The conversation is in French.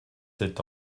sept